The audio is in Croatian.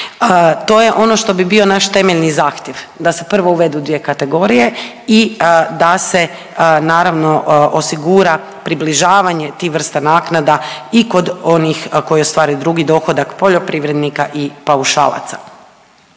To je ono što bi bio naš temeljni zahtjev da se prvo uvedu dvije kategorije i da se naravno osigura približavanje tih vrsta naknada i kod onih koji ostvaruju drugi dohodak poljoprivrednika i paušalaca.